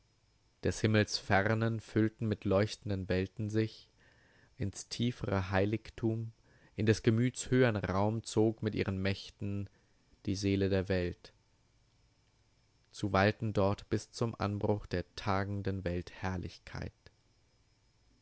des himmels fernen füllten mit leuchtenden welten sich ins tiefre heiligtum in des gemüts höhern raum zog mit ihren mächten die seele der welt zu walten dort bis zum anbruch der tagenden